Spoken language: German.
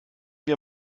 wir